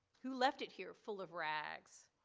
who left it here full of rags,